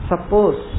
Suppose